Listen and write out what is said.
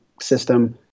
system